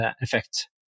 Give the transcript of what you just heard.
effect